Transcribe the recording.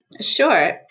Sure